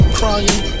crying